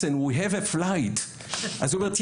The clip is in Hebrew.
listen we have a flight אז היא אומרת,